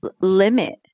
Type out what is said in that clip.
limit